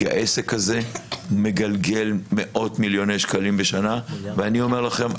כי העסק הזה מגלגל מאות מיליוני שקלים בשנה ואני אומר לכם,